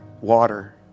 water